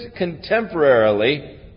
contemporarily